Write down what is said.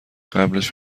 قبلش